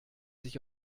sich